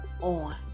on